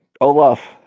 Olaf